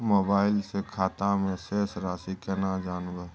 Mobile से खाता में शेस राशि केना जानबे?